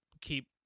keep